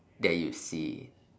that you see